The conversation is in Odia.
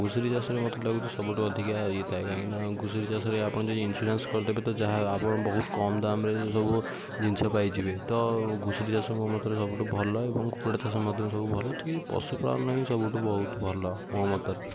ଘୁଷୁରୀ ଚାଷରେ ମୋତେ ଲାଗୁଛି ସବୁଠୁ ଅଧିକା ଇଏ ଥାଏ କାହିଁକିନା ଘୁଷୁରୀ ଚାଷରେ ଆପଣ ଯଦି ଇନ୍ସ୍ୟୁରାନ୍ସ କରିଦେବେ ତ ଯାହା ଆପଣ ବହୁତ କମ୍ ଦାମ୍ରେ ସବୁ ଜିନିଷ ପାଇଯିବେ ତ ଘୁଷୁରୀ ଚାଷ ମୋ ମତରେ ସବୁଠୁ ଭଲ ଏବଂ କୁକୁଡ଼ା ଚାଷ ମଧ୍ୟ ସବୁ ଭଲ ଟିକିଏ ପଶୁପାଳନ ହିଁ ସବୁଠୁ ବହୁତ ଭଲ ମୋ ମତରେ